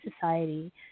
society